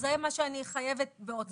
אז זה מה שאני חייבת בהוצאה לפועל.